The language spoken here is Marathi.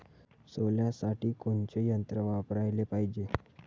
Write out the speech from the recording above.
सोल्यासाठी कोनचं यंत्र वापराले पायजे?